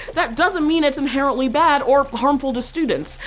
that doesn't mean it's inherently bad or harmful to students.